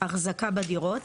אחזקה בדירות,